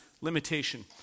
limitation